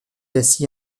assis